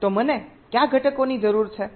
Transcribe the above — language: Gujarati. તો મને કયા ઘટકોની જરૂર છે